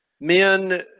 men